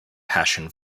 passion